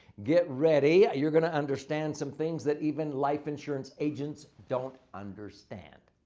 get ready. ah you're going to understand some things that even life insurance agents don't understand.